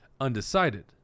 undecided